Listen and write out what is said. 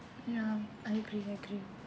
ya I agree I agree